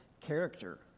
character